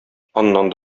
аннан